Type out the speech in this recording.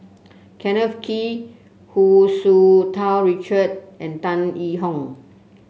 Kenneth Kee Hu Tsu Tau Richard and Tan Yee Hong